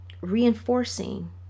reinforcing